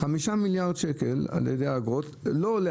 5 מיליארד שקל על ידי האגרות.